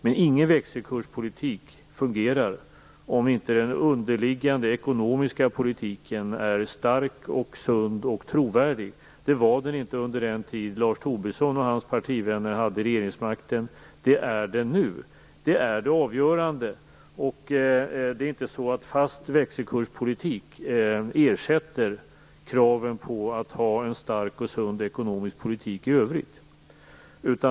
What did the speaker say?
Men ingen växelkurspolitik fungerar om inte den underliggande ekonomiska politiken är stark, sund och trovärdig. Det var den inte under den tid Lars Tobisson och hans partivänner hade regeringsmakten. Det är den nu. Det är det avgörande. Det är inte så att fast växelkurspolitik ersätter kraven på en stark och sund ekonomisk politik i övrigt.